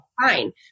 fine